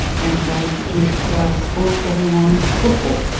and they introduced sports betting on football,